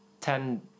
Ten